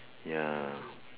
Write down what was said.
ya